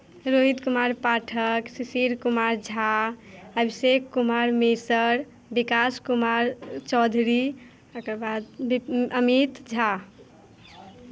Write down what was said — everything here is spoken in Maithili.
रोहित कुमार पाठक सुशील कुमार झा अभिषेक कुमार मिश्र विकास कुमार चौधरी तकर बाद अमित झा